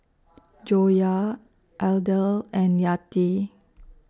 Joyah Aidil and Yati